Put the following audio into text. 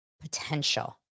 potential